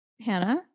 Hannah